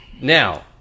Now